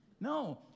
No